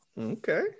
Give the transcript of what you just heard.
okay